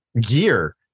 gear